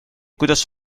kuidas